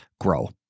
grow